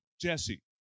Jesse